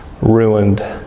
Ruined